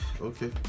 Okay